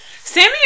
Sammy